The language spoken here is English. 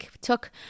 took